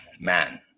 Man